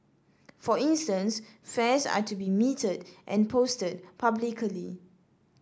for instance fares are to be metered and posted publicly